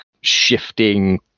shifting